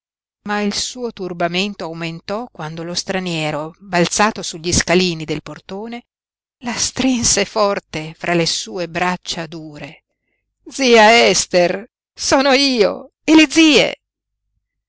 ma il suo turbamento aumentò quando lo straniero balzato sugli scalini del portone la strinse forte fra le sue braccia dure zia ester sono io e le zie